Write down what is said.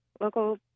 local